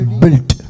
built।